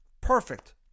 Perfect